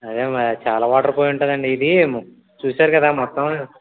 అదే మరి చాలా వాటర్ పోయి ఉంటుంది అండి ఇది చూశారు కదా మొత్తం